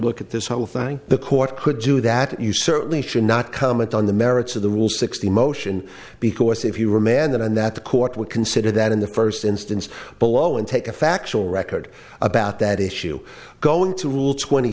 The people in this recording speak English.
look at this whole thing the court could do that you certainly should not comment on the merits of the rule sixty motion because if you remand them in that the court would consider that in the first instance below and take a factual record about that issue going to rule twenty